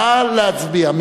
נא להצביע.